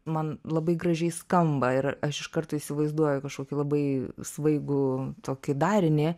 man labai gražiai skamba ir aš iš karto įsivaizduoju kažkokį labai svaigų tokį darinį